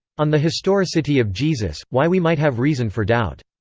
on the historicity of jesus why we might have reason for doubt.